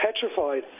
petrified